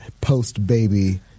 post-baby